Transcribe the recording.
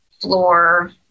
floor